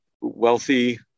wealthy